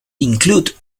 included